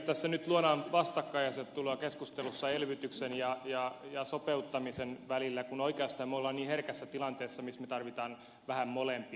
tässä nyt luodaan vastakkainasettelua keskustelussa elvytyksen ja sopeuttamisen välillä kun oikeastaan me olemme herkässä tilanteessa missä me tarvitsemme vähän molempia